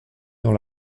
dans